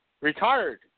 retired